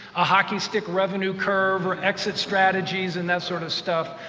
a hockey-stick revenue curve, or exit strategies, and that sort of stuff.